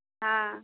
हाँ